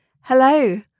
Hello